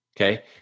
Okay